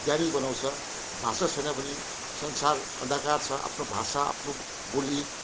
ज्ञानी बनाउँछ भाषा छैन भने संसार अन्धकार छ आफ्नो भाषा आफ्नो बोली